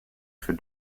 for